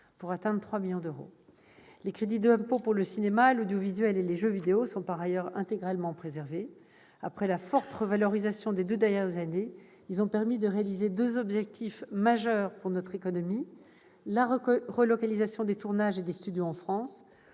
pour atteindre 3 millions d'euros. Les crédits d'impôt pour le cinéma, l'audiovisuel et les jeux vidéo sont, par ailleurs, intégralement préservés, après la forte revalorisation des deux dernières années. Ils ont permis de réaliser deux objectifs majeurs pour notre économie : la relocalisation des tournages et des studios en France